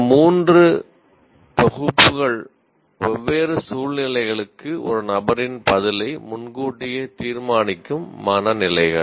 இந்த மூன்று தொகுப்புகள் வெவ்வேறு சூழ்நிலைகளுக்கு ஒரு நபரின் பதிலை முன்கூட்டியே தீர்மானிக்கும் மனநிலைகள்